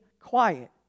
quiet